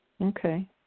Okay